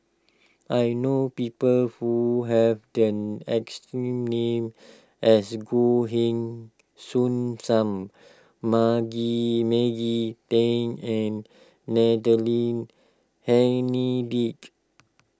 I know people who have the exact name as Goh Heng Soon Sam Maggie Maggie Teng and Natalie Hennedige